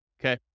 Okay